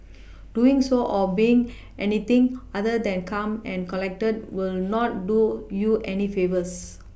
doing so or being anything other than calm and collected will not do you any favours